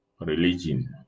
religion